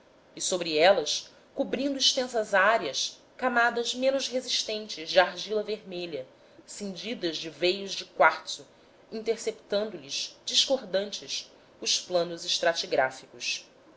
e sobre elas cobrindo extensas áreas camadas menos resistentes de argila vermelha cindidas de veios de quartzo interceptando lhes discordantes os planos